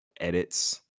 edits